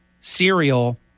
cereal